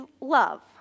love